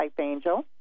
angel